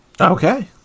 Okay